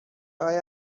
تای